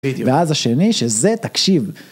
בדיוק, ואז השני שזה תקשיב.